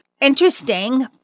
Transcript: interesting